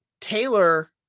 Taylor